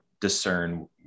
discern